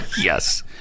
yes